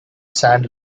sand